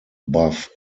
buff